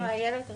זה איילת רצתה.